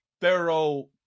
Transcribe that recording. thorough